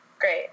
great